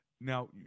Now